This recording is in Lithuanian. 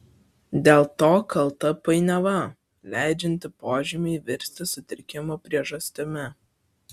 dėl to kalta painiava leidžianti požymiui virsti sutrikimo priežastimi